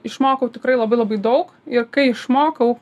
išmokau tikrai labai labai daug ir kai išmokau